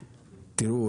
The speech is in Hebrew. תראו,